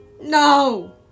No